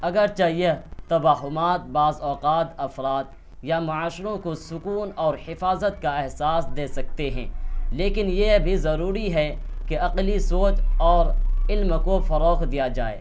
اگرچہ یہ توہمات بعض اوقات افراد یا معاشروں کو سکون اور حفاظت کا احساس دے سکتے ہیں لیکن یہ بھی ضروری ہے کہ عقلی سوچ اور علم کو فروغ دیا جائے